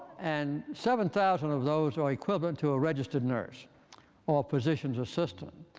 and seven thousand of those are equivalent to a registered nurse or physician's assistant.